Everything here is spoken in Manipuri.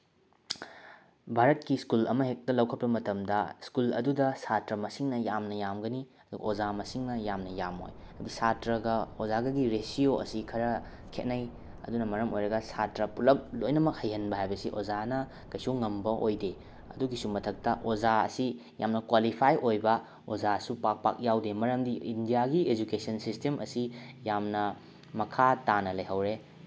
ꯚꯥꯔꯠꯀꯤ ꯁ꯭ꯀꯨꯜ ꯑꯃ ꯍꯦꯛꯇ ꯂꯧꯈꯠꯄ ꯃꯇꯝꯗ ꯁ꯭ꯀꯨꯜ ꯑꯗꯨꯗ ꯁꯥꯇ꯭ꯔ ꯃꯁꯤꯡꯅ ꯌꯥꯝꯅ ꯌꯥꯝꯒꯅꯤ ꯑꯗꯨꯒ ꯑꯣꯖꯥ ꯃꯁꯤꯡꯅ ꯌꯥꯝꯅ ꯌꯥꯝꯃꯣꯏ ꯑꯗꯨ ꯁꯥꯇ꯭ꯔꯒ ꯑꯣꯖꯥꯒꯒꯤ ꯔꯦꯁꯤꯑꯣ ꯑꯁꯤ ꯈꯔ ꯈꯦꯠꯅꯩ ꯑꯗꯨꯅ ꯃꯔꯝ ꯑꯣꯏꯔꯒ ꯁꯥꯇ꯭ꯔ ꯄꯨꯂꯞ ꯂꯣꯅꯃꯛ ꯍꯩꯍꯟꯕ ꯍꯥꯏꯕꯁꯤ ꯑꯣꯖꯥꯅ ꯀꯩꯁꯨ ꯉꯝꯕ ꯑꯣꯏꯗꯦ ꯑꯗꯨꯒꯤꯁꯨ ꯃꯊꯛꯇ ꯑꯣꯖꯥ ꯑꯁꯤ ꯌꯥꯝꯅ ꯀ꯭ꯋꯥꯂꯤꯐꯥꯏ ꯑꯣꯏꯕ ꯑꯣꯖꯥꯁꯨ ꯄꯥꯛ ꯄꯥꯛ ꯌꯥꯎꯗꯦ ꯃꯔꯝꯗꯤ ꯏꯟꯗꯤꯌꯥꯒꯤ ꯑꯦꯖꯨꯀꯦꯁꯟ ꯁꯤꯁꯇꯦꯝ ꯑꯁꯤ ꯌꯥꯝꯅ ꯃꯈꯥ ꯇꯥꯅ ꯂꯩꯍꯧꯔꯦ